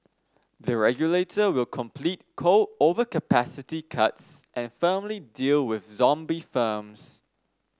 the regulator will complete coal overcapacity cuts and firmly deal with zombie firms